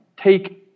take